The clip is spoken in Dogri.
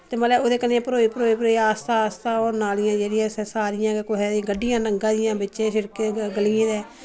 ते मतलव ओह्दै कन्नै भरोई भरोई भरोई आस्ता आस्ता ओह् नालिआं जेह्ड़ियां असै सारियां कुसै दिआं गड्डिआं लंग्गा दिआं बिच्चे छिड़के गलियें दै